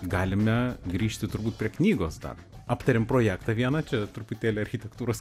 galime grįžti turbūt prie knygos dar aptarėm projektą vieną čia truputėlį architektūros